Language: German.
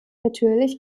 natürlich